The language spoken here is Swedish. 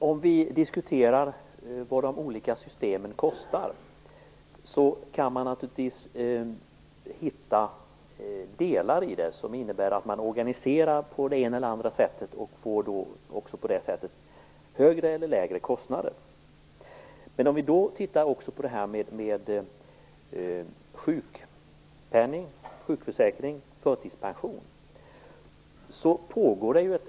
Herr talman! Om vi diskuterar vad de olika systemen kostar kan vi naturligtvis hitta delar där som innebär att man organiserar på det ena eller det andra sättet för att därigenom få högre/lägre kostnader. Vi kan också titta på sjukpenningen, sjukförsäkringen och förtidspensionen.